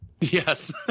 Yes